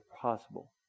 possible